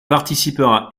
participera